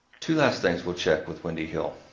two last things we'll check with wendy hill.